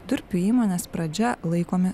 durpių įmonės pradžia laikomi